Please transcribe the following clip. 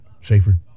Schaefer